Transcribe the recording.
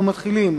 אנחנו מתחילים